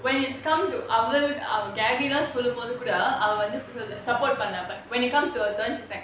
when it's come to சொல்லும்போது கூட அவ வந்து:sollumpothu kooda ava vanthu support பண்ணா:panna but when it comes to her turn she's like